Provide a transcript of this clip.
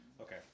Okay